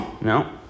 No